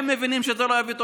הם מבינים שזה לא יביא תוצאות.